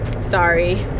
sorry